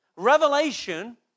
Revelation